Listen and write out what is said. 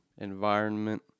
environment